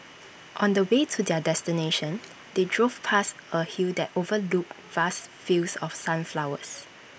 on the way to their destination they drove past A hill that overlooked vast fields of sunflowers